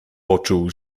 poczuł